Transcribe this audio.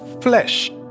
flesh